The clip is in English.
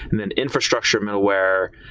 and then infrastructure middleware,